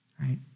right